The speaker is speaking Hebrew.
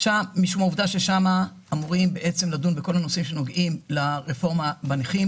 משום העובדה ששם אמורים לדון בכל הנושאים שנוגעים לרפורמה לנכים,